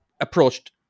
approached